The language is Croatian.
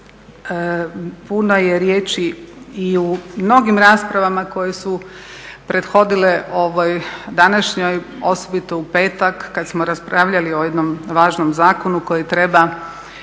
puno je riječi i u mnogim raspravama koje su prethodile ovoj današnjoj osobito u petak kada smo raspravljali o jednom važnom zakonu koji treba